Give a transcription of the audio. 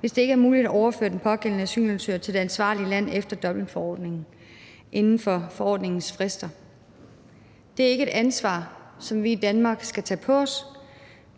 hvis det ikke er muligt at overføre den pågældende asylsøger til et ansvarligt land efter Dublinforordningen inden for forordningens frister. Det er ikke et ansvar, som vi i Danmark skal tage på os,